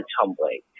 tumbling